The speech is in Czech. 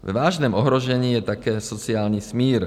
Ve vážném ohrožení je také sociální smír.